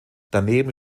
daneben